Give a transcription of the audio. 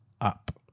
up